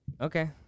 Okay